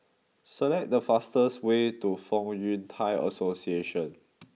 select the fastest way to Fong Yun Thai Association